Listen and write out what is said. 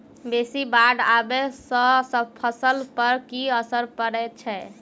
बेसी बाढ़ आबै सँ फसल पर की असर परै छै?